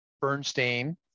Bernstein